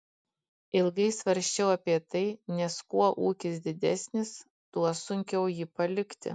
ilgai svarsčiau apie tai nes kuo ūkis didesnis tuo sunkiau jį palikti